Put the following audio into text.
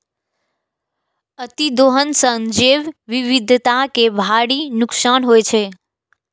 अतिदोहन सं जैव विविधता कें भारी नुकसान होइ छै